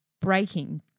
breaking